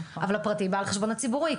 אבל הפרטי בא על חשבון הציבורי.